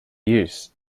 use